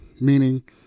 meaning